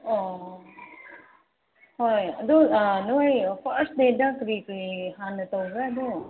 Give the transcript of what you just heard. ꯑꯣ ꯍꯣꯏ ꯑꯗꯨ ꯅꯣꯏ ꯐꯥꯔꯁ ꯗꯦꯗ ꯀꯔꯤ ꯀꯔꯤ ꯍꯥꯟꯅ ꯇꯧꯕ꯭ꯔꯥ ꯑꯗꯣ